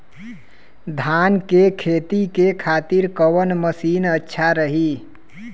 धान के खेती के खातिर कवन मशीन अच्छा रही?